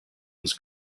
was